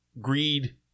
Greed